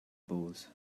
poles